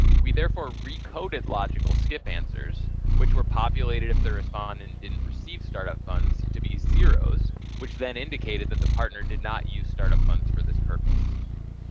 we therefore, recoded logical skip answers which were populated if the respondent didn't receive startup funds to be zeros which then indicated that the partner did not use startup funds for this purpose.